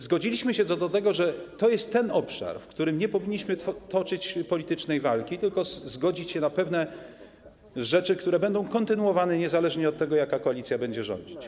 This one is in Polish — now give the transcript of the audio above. Zgodziliśmy się co do tego, że to jest obszar, w którym nie powinniśmy toczyć politycznej walki, tylko zgodzić się na pewne rzeczy, które będą kontynuowane niezależnie od tego, jaka koalicja będzie rządzić.